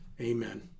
Amen